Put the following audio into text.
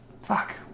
Fuck